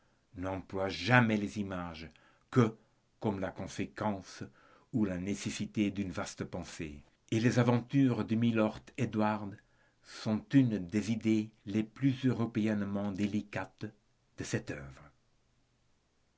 emploient jamais les images que comme la conséquence ou la nécessité d'une vaste pensée et les aventures de milord édouard sont une des idées les plus européennement délicates de cette œuvre